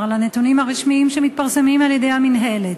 לנתונים הרשמיים שמתפרסמים על-ידי המינהלת.